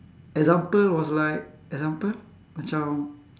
example was like example macam